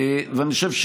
אני חושב,